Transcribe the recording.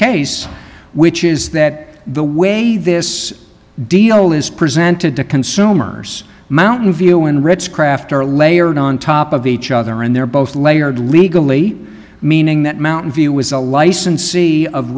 case which is that the way this deal is presented to consumers mountain view and ritz craft are layered on top of each other and they're both layered legally meaning that mountain view is a licensee of